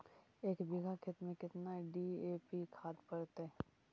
एक बिघा खेत में केतना डी.ए.पी खाद पड़तै?